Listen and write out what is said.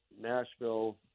Nashville